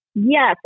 Yes